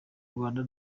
rwanda